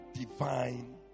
Divine